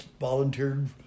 volunteered